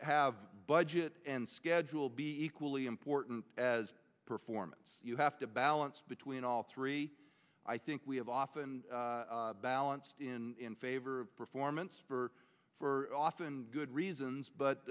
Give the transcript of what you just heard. have a budget and schedule be equally important as performance you have to balance between all three i think we have often balanced in favor of performance for for often good reasons but